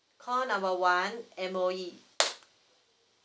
call number one M_O_E